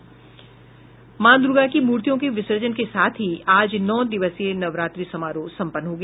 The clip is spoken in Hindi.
माँ दूर्गा की मूर्तियों के विसर्जन के साथ ही आज नौ दिवसीय नवरात्रि समारोह सम्पन्न हो गया